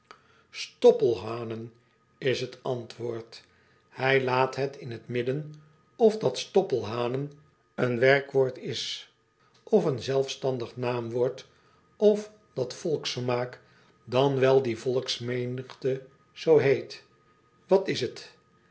toppelhaonen is het antwoord ij laat het in t middlen of dat stoppelhanen een werkwoord is of een zelfstandig naamwoord of dat volksvermaak dan wel die volksmenigte zoo heet at is het